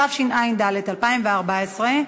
התשע"ד 2014,